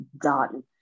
done